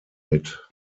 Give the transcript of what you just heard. mit